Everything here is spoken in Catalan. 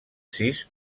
sis